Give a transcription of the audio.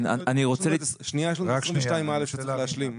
יש את